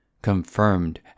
Confirmed